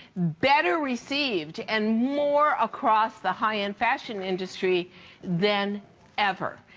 better received and more across the high end fashion industry than ever.